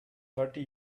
thirty